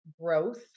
growth